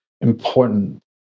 important